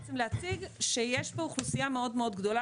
בעצם להציג שיש פה אוכלוסייה מאוד מאוד גדולה